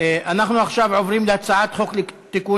אנחנו עכשיו עוברים להצעת חוק לתיקון